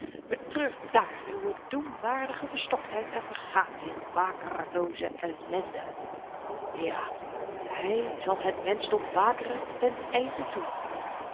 betreurt daar uwe doemwaardige verstoktheid en vergaat in bakerlooze ellende ja hij zal het menschdom bakeren ten einde toe